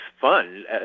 fun